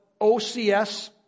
OCS